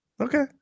Okay